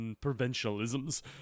provincialisms